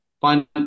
find